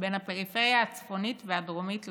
בין הפריפריה הצפונית והדרומית למרכז.